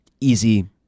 easy